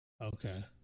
okay